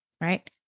right